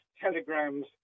telegrams